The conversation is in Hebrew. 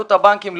התנהלות הבנקים.